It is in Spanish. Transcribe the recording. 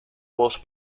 voz